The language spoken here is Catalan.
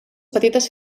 petites